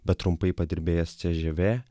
bet trumpai padirbėjęs cžv